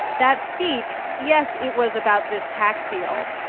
that speech, yes, it was about this tax deal.